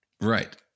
Right